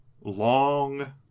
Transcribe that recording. long